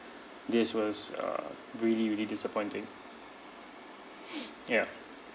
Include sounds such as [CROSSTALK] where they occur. this was err really really disappointing [BREATH] yup